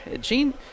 Gene